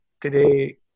today